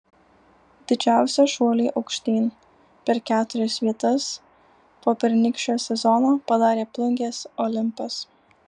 didžiausią šuolį aukštyn per keturias vietas po pernykščio sezono padarė plungės olimpas